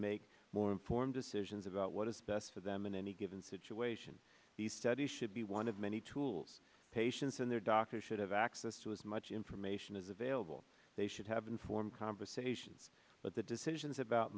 make more informed decisions about what is best for them in any given situation the study should be one of many tools patients and their doctors should have access to as much information is available they should have informed conversations but the decisions about